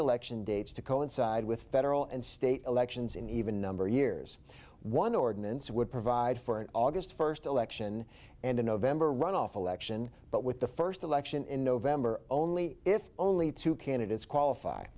election dates to coincide with federal and state elections in even number of years one ordinance would provide for an august first election and a november runoff election but with the first election in november only if only two candidates qualif